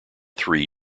three